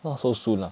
not so soon ah